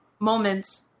moments